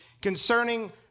Concerning